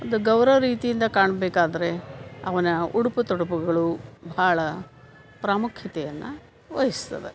ಅದು ಗೌರವ ರೀತಿಯಿಂದ ಕಾಣಬೇಕಾದ್ರೆ ಅವನ ಉಡುಪು ತೊಡುಪುಗಳು ಬಹಳ ಪ್ರಾಮುಖ್ಯತೆಯನ್ನು ವಹಿಸ್ತದೆ